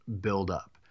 buildup